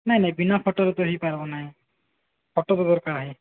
ନାଇଁ ନାଇଁ ବିନା ଫଟୋରେ ତ ହେଇପାରିବ ନାହିଁ ଫଟୋ ତ ଦରକାର ହେ